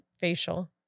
facial